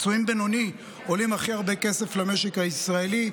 הפצועים בינוני עולים הכי הרבה כסף למשק הישראלי,